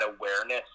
awareness